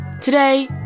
Today